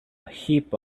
heap